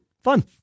Fun